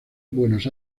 buenos